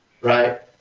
Right